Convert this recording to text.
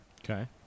Okay